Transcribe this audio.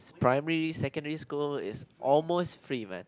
primary secondary school is almost free man